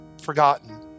forgotten